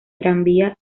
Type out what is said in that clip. tranvía